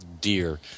deer